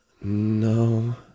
no